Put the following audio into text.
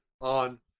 on